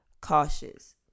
Cautious